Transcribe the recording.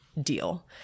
deal